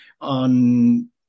on